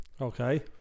Okay